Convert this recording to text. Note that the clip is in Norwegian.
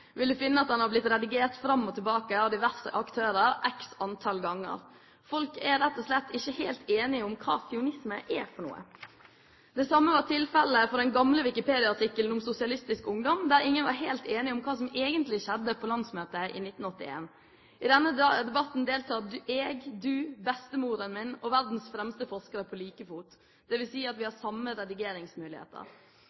finne at den er blitt redigert fram og tilbake av diverse aktører x antall ganger. Folk er rett og slett ikke helt enige om hva sionisme er for noe. Det samme var tilfellet for den gamle Wikipedia-artikkelen om Sosialistisk Ungdom, der ingen var helt enig om hva som egentlig skjedde på landsmøtet i 1981. I denne debatten deltar jeg, du, bestemoren min og verdens fremste forskere på like fot, dvs. at vi har